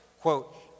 quote